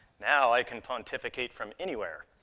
now i can pontificate from anywhere.